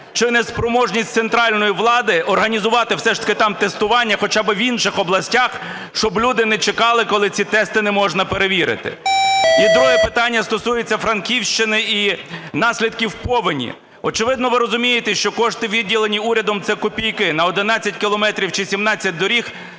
чи неспроможність центральної влади організувати все ж таки там тестування хоча би в інших областях, щоб люди не чекали, коли ці тести можна перевірити? І друге питання стосується Франківщини і наслідків повені. Очевидно, ви розумієте, що кошти, виділені урядом, це копійки. На 11 кілометрів чи 17 доріг